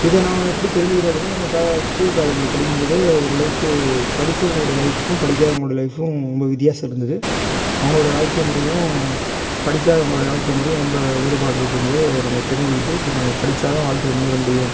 இதை நான் எப்படி தெரிஞ்சுக்கிட்டேன் அப்படின்னா நம்ம க ஸ்கூல் காலேஜில் படிக்கும் போதே ஓரளவுக்கு படிச்சவங்களோடைய லைஃப்புக்கும் படிக்காதவங்களோடைய லைஃப்பும் ரொம்ப வித்தியாசம் இருந்தது அவங்களோடைய வாழ்க்கை முறையும் படிக்காதவங்களுடைய வாழ்க்கை முறையும் ரொம்ப வேறுபாடு இருக்கும் போது அதை நம்ம தெரிஞ்சுக்கிட்டு சரி நம்ம படிச்சால் தான் வாழ்க்கையில் முன்னேற முடியும்